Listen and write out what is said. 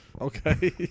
Okay